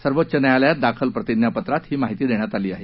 सर्वोच्च न्यायालयात दाखल प्रतिज्ञापत्रात ही माहिती देण्यात आली आहे